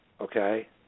okay